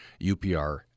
UPR